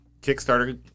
Kickstarter